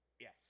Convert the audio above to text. Yes